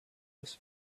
this